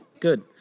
Good